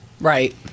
Right